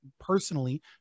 personally